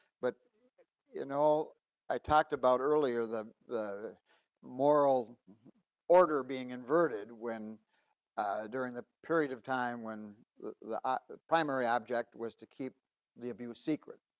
but you know i talked about earlier the the moral order being inverted when during the period of time when the the ah primary object was to keep the abuse secret,